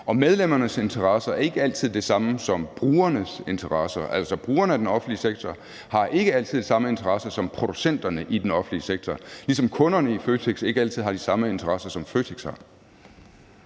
og medlemmernes interesser er ikke altid det samme som brugernes interesser. Altså, brugerne af den offentlige sektor har ikke altid den samme interesse som producenterne i den offentlige sektor, ligesom kunderne i Føtex ikke altid har de samme interesser, som Føtex har.